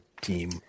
team